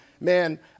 man